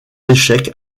échecs